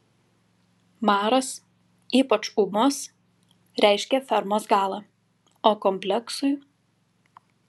maras ypač ūmus reiškia fermos galą o kompleksui